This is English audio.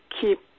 keep